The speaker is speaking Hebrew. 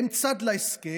הן צד להסכם.